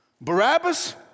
Barabbas